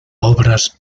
obras